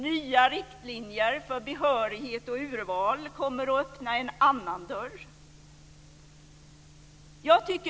Nya riktlinjer för behörighet och urval kommer att öppna en annan dörr.